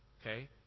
okay